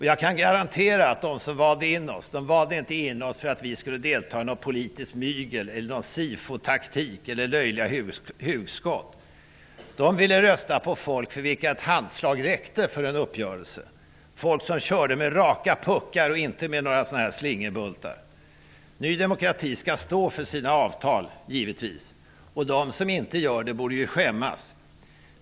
Jag kan garantera att de som valde in oss inte gjorde det för att vi skulle delta i något politiskt mygel, i någon SIFO-taktik eller i löjliga hugskott. De ville rösta på företrädare för vilka ett handslag räcker för en uppgörelse, personer som kör med raka puckar och inte med några slingerbultar. Ny demokrati skall givetvis stå för sina avtal, och de som inte gör det borde skämmas.